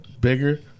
bigger